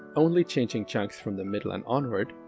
only changing chunks from the middle and onward,